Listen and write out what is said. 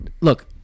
Look